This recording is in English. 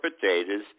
potatoes